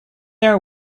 are